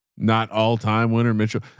not all time winner mitchell.